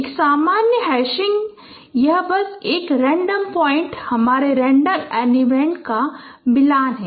एक सामान्य हैशिंग में यह बस एक रैंडम पॉइंट हमारे रैंडम एलिमेंट का मिलान है